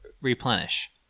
replenish